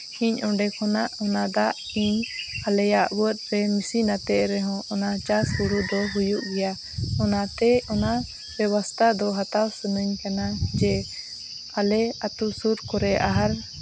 ᱤᱧ ᱚᱸᱰᱮ ᱠᱷᱚᱱᱟᱜ ᱚᱱᱟ ᱫᱟᱜ ᱤᱧ ᱟᱞᱮᱭᱟᱜ ᱵᱟᱹᱫᱽ ᱨᱮ ᱢᱮᱥᱤᱱ ᱟᱛᱮᱫ ᱨᱮᱦᱚᱸ ᱚᱱᱟ ᱪᱟᱥ ᱦᱩᱲᱩ ᱫᱚ ᱦᱩᱭᱩᱜ ᱜᱮᱭᱟ ᱚᱱᱟᱛᱮ ᱚᱱᱟ ᱵᱮᱵᱚᱥᱛᱷᱟ ᱫᱚ ᱦᱟᱛᱟᱣ ᱥᱟᱱᱟᱧ ᱠᱟᱱᱟ ᱡᱮ ᱟᱞᱮ ᱟᱹᱛᱩ ᱥᱩᱨ ᱠᱚᱨᱮ ᱟᱦᱟᱨ